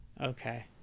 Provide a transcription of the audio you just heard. okay